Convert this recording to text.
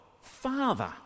Father